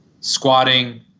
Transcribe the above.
squatting